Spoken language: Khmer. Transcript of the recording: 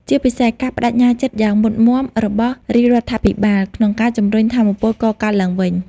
ជាពិសេស ការប្តេជ្ញាចិត្តយ៉ាងមុតមាំរបស់រាជរដ្ឋាភិបាល ក្នុងការជំរុញថាមពលកកើតឡើងវិញ។